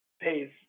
pays